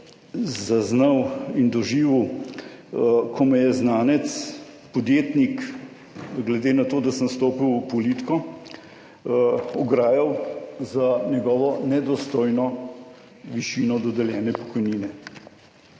zaznal in doživel, ko me je znanec, podjetnik, glede na to, da sem stopil v politiko, ograjal za njegovo nedostojno višino dodeljene pokojnine.